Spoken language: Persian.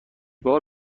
بار